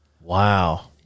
Wow